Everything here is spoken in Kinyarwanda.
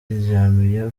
yiryamiye